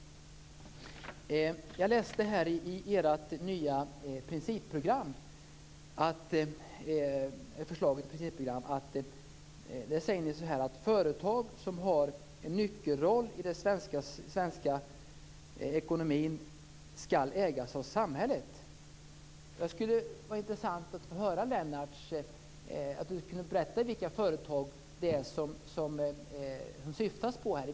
Jag läste ert nya förslag till principprogram. Där säger ni: Företag som har en nyckelroll i den svenska ekonomin ska ägas av samhället. Det skulle vara intressant att få höra Lennart Beijer berätta vilka företag man syftar på.